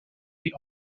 the